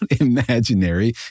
imaginary